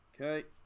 Okay